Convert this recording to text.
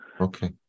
okay